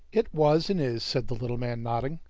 it was and is, said the little man, nodding.